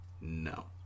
No